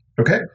Okay